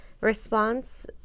response